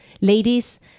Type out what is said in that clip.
ladies